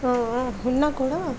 ఉన్నా కూడా